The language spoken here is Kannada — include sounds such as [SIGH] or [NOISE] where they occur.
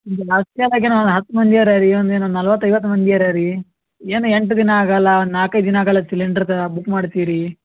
[UNINTELLIGIBLE] ಹತ್ತು ಮಂದಿ ಅರಾ ರೀ ಒಂದು ಏನು ನಲ್ವತ್ತು ಐವತ್ತು ಮಂದಿ ಅರಾ ರೀ ಏನು ಎಂಟು ದಿನ ಆಗೋಲ್ಲ ನಾಲಕ್ಕೈದು ದಿನ ಆಗೋಲ್ಲ ಸಿಲಿಂಡ್ರದು ಬುಕ್ ಮಾಡ್ತೀರಿ